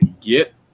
get